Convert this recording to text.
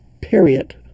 Period